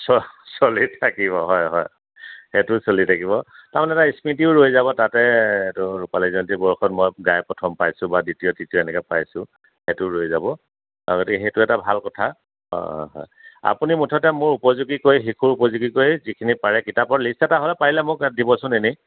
চ চলি থাকিব হয় হয় সেইটোও চলি থাকিব তাৰমানে এটা স্মৃতিও ৰৈ যাব তাতে এইটো ৰূপালী জয়ন্তী বৰ্ষত মই গাই প্ৰথম পাইছোঁ বা দ্বিতীয় তৃতীয় এনেকে পাইছোঁ সেইটো ৰৈ যাব আৰু গতিকে সেইটো এটা ভাল কথা অঁ হয় হয় আপুনি মুঠতে মোৰ উপযোগী কৰি শিশুৰ উপযোগী কৰি যিখিনি পাৰে কিতাপৰ লিষ্ট এটা হ'লে পাৰিলে মোক দিবচোন এনেই